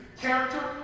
Character